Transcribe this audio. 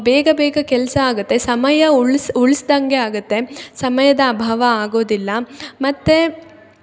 ಬೇಗ ಬೇಗ ಕೆಲಸ ಆಗುತ್ತೆ ಸಮಯ ಉಳಿಸ್ದಂಗೆ ಆಗುತ್ತೆ ಸಮಯದ ಅಭಾವ ಆಗೋದಿಲ್ಲ ಮತ್ತು